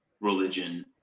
religion